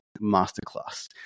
masterclass